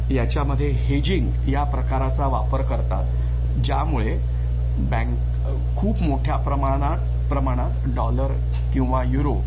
याच्यामध्ये हेजिंंग या प्रकाराचा वापर करतात ज्यामुळे बँक खूप मोठ्या प्रमानात प्रमाणात डॉलर किंवा युरो